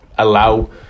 Allow